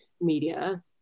media